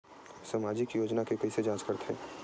सामाजिक योजना के कइसे जांच करथे?